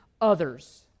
others